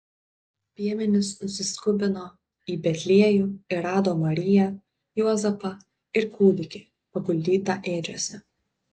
piemenys nusiskubino į betliejų ir rado mariją juozapą ir kūdikį paguldytą ėdžiose